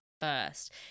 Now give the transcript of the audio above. first